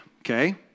okay